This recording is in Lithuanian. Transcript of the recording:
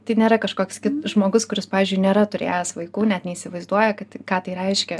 tai nėra kažkoks kit žmogus kuris pavyzdžiui nėra turėjęs vaikų net neįsivaizduoja kad ką tai reiškia